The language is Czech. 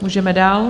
Můžeme dál.